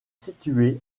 situé